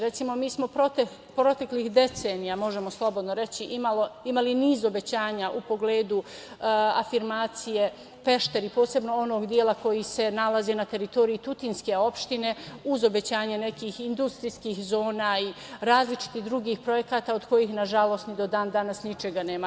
Recimo, mi smo proteklih decenija, možemo slobodno reći imali niz obećanja u pogledu afirmacije Pešteri, posebno onog dela koji se nalazi na teritoriji tutinske opštine uz obećanje nekih industrijskih zona i različitih drugih projekata od kojih nažalost ni do dan danas ničega nema.